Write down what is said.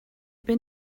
been